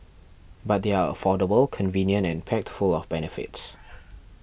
but they are affordable convenient and packed full of benefits